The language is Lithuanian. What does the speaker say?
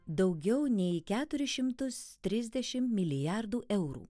daugiau nei keturis šimtus trisdešimt milijardų eurų